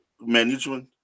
management